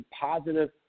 positive